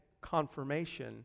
confirmation